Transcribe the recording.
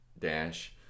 dash